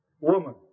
Woman